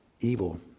evil